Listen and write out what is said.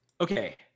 Okay